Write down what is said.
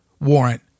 warrant